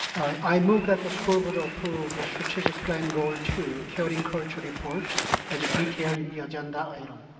i move that the school board approve the strategic plan goal two, carrying culture report as detailed in the agenda item.